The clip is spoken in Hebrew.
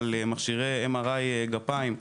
על מכשירי MRI גפיים,